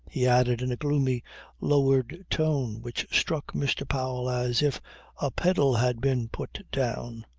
he added in a gloomy lowered tone which struck mr. powell as if a pedal had been put down,